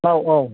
औ औ